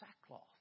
sackcloth